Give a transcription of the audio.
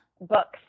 books